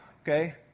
okay